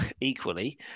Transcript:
Equally